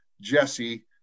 Jesse